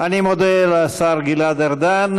אני מודה לשר גלעד ארדן.